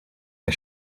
der